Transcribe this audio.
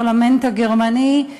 הפרלמנט הגרמני,